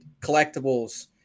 collectibles